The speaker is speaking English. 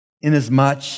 Inasmuch